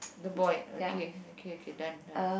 the boy okay okay okay done done